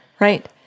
Right